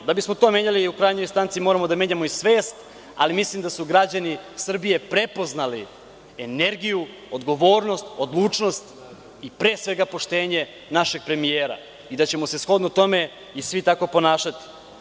Da bismo to menjali, u krajnjoj instanci moramo da menjamo i svest, ali mislim da su građani Srbije prepoznali energiju, odgovornost, odlučnost i pre svega poštenje našeg premijera i da ćemo se shodno tome i svi tako ponašati.